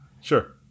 Sure